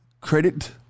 credit